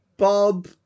Bob